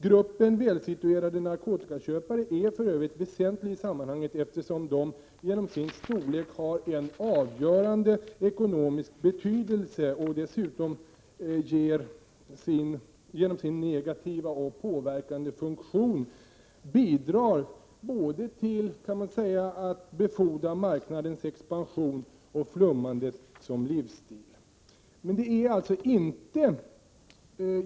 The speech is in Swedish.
Gruppen välsituerade narkotikaköpare är väsentlig i sammanhanget, eftersom den genom sin storlek har en avgörande ekonomisk betydelse och dessutom genom sin negativt påverkande funktion bidrar både till att befordra marknadens expansion och till flummandet som livsstil.